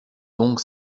donc